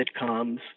sitcoms